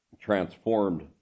transformed